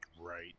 Right